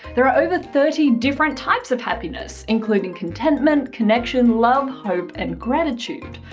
there are over thirty different types of happiness, including contentment, connection, love, hope and gratitude.